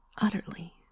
utterly